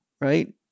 right